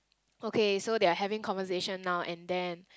okay so they're having conversation now and then